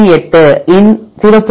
8 ln 0